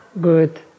good